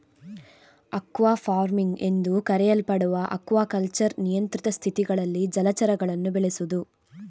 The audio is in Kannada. ಅಕ್ವಾ ಫಾರ್ಮಿಂಗ್ ಎಂದೂ ಕರೆಯಲ್ಪಡುವ ಅಕ್ವಾಕಲ್ಚರ್ ನಿಯಂತ್ರಿತ ಸ್ಥಿತಿಗಳಲ್ಲಿ ಜಲಚರಗಳನ್ನು ಬೆಳೆಸುದು